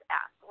ask